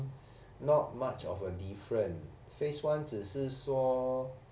not much of a different phase one 只是说